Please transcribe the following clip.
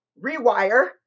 rewire